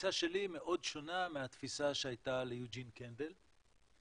התפיסה שלי מאוד שונה מהתפיסה שהייתה ליוג'ין קנדל.